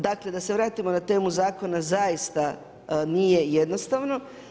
Dakle da se vratimo na temu zakona, zaista nije jednostavno.